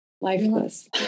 lifeless